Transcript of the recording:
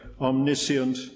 omniscient